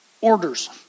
orders